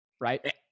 Right